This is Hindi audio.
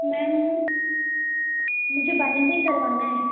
मैम मुझे बाइंडिंग करवाना है